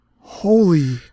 Holy